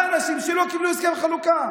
האנשים שלא קיבלו את הסכם החלוקה.